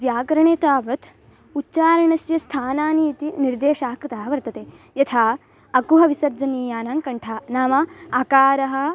व्याकरणे तावत् उच्चारणस्य स्थानानि इति निर्देशः कृतः वर्तते यथा अकुह विसर्जनीयानां कण्ठः नाम अकारः